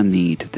need